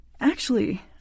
Actually